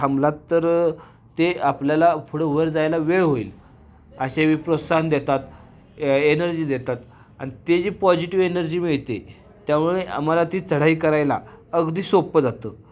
थांबलात तर ते आपल्याला पुढं वर जायला वेळ होईल असे वी प्रोत्साहन देतात एनर्जी देतात अन् ते जी पॉजिटिव एनर्जी मिळते त्यामुळे आम्हाला ती चढाई करायला अगदी सोप्पं जातं